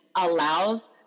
allows